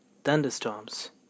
thunderstorms